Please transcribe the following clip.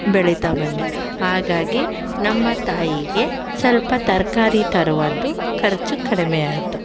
ಬೆಳಿತಾ ಬಂದೆ ಹಾಗಾಗಿ ನಮ್ಮ ತಾಯಿಗೆ ಸ್ವಲ್ಪ ತರಕಾರಿ ತರುವದ್ದು ಖರ್ಚು ಕಡಿಮೆಯಾಯಿತು